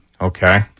okay